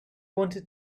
wanted